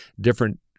different